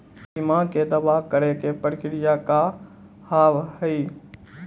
बीमा के दावा करे के प्रक्रिया का हाव हई?